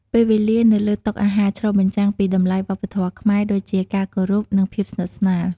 ពេលវេលានៅលើតុអាហារឆ្លុះបញ្ចាំងពីតម្លៃវប្បធម៌ខ្មែរដូចជា ការគោរព និងភាពស្និទ្ធស្នាល ។